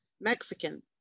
Mexican